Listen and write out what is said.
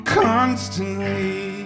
constantly